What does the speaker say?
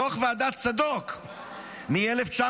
בדוח ועדת צדוק מ-1999,